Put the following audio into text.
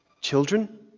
children